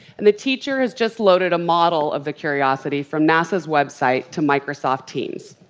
and the teacher has just loaded a model of the curiosity from nasa's website to microsoft teams.